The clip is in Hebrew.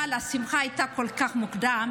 אבל השמחה הייתה כל כך מוקדמת.